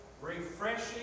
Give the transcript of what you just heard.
refreshing